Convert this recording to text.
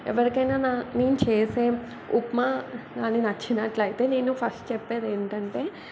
ఎవరికైనా నా నేను చేసే ఉప్మా కాని నచ్చినట్లయితే నేను ఫస్ట్ చెప్పేది ఏంటంటే